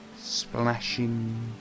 splashing